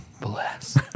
bless